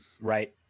right